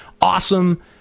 awesome